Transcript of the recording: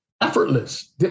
effortless